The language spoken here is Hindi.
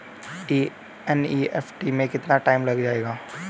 एन.ई.एफ.टी में कितना टाइम लग जाएगा?